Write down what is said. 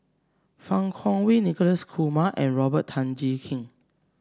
Fang Kuo Wei Nicholas Kumar and Robert Tan Jee Keng